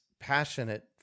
passionate